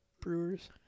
Brewers